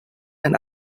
and